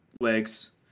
legs